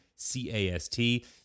C-A-S-T